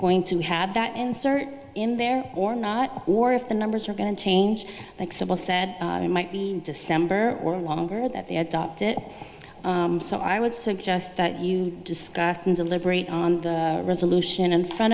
going to have that insert in there or not or if the numbers are going to change like civil said it might be december or longer that they adopt it so i would suggest that you discuss and deliberate on the resolution in front